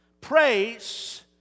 praise